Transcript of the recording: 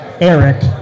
Eric